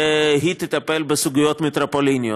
והיא תטפל בסוגיות מטרופוליניות.